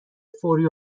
فوری